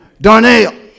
Darnell